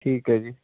ਠੀਕ ਹੈ ਜੀ